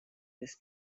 this